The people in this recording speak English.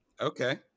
Okay